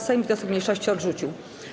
Sejm wniosek mniejszości odrzucił.